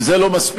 אם זה לא מספיק,